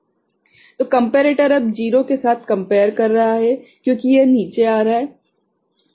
तो कम्पेरेटर अब 0 के साथ कम्पेअर कर रहा है क्योंकि यह नीचे आ रहा है और फिर उपर जा रहा है